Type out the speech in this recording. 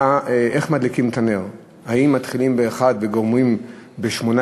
איך מדליקים את הנר: האם מתחילים באחד וגומרים בשמונה,